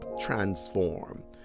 transform